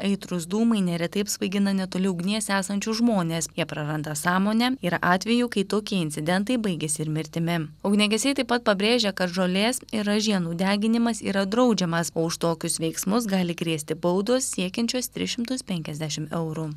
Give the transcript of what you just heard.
aitrūs dūmai neretai apsvaigina netoli ugnies esančius žmones jie praranda sąmonę yra atvejų kai tokie incidentai baigiasi mirtimi ugniagesiai taip pat pabrėžia kad žolės ir ražienų deginimas yra draudžiamas o už tokius veiksmus gali grėsti baudos siekiančios tris šimtus penkiasdešim eurų